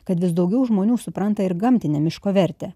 kad vis daugiau žmonių supranta ir gamtinę miško vertę